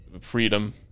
freedom